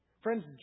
Friends